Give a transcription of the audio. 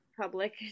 Public